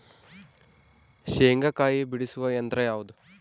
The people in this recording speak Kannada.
ಶೇಂಗಾಕಾಯಿ ಬಿಡಿಸುವ ಯಂತ್ರ ಯಾವುದು?